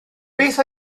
beth